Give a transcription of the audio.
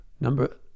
number